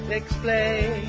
explain